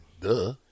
Duh